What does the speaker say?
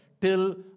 till